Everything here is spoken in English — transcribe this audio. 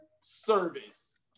service